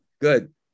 good